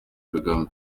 kagame